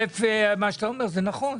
אל"ף, כל מה שאתה אומר זה נכון.